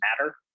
matter